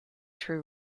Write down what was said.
true